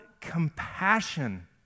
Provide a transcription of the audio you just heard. compassion